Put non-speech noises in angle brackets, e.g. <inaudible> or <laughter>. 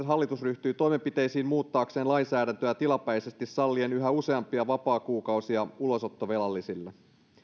<unintelligible> hallitus ryhtyy toimenpiteisiin muuttaakseen lainsäädäntöä tilapäisesti sallien yhä useampia vapaakuukausia ulosottovelallisille